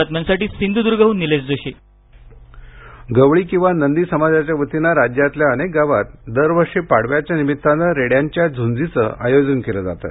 रेड़यांच्या टकरी गवळी किंवा नंदी समाजाच्या वतीने राज्यातल्या अनेक गावांत दरवर्षी पाडव्याच्या निमित्ताने रेड्यांच्या झुंजीचं आयोजन केलं जाते